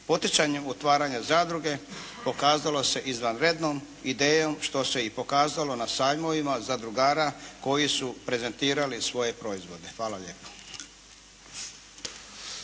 Poticanju otvaranja zadruge pokazalo se izvanrednom idejom što se i pokazalo na sajmovima zadrugara koji su prezentirali svoje proizvode. Hvala lijepa.